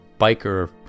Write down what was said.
biker